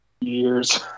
Years